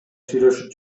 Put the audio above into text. сүйлөшүп